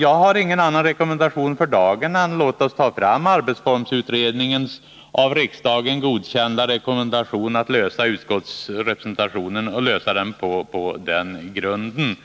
Jag har ingen annan rekommendation för dagen än denna: Låt oss ta fram arbetsformsutredningens av riksdagen godkända rekommendation om utskottsrepresentationen, så att vi kan lösa frågan på den grunden.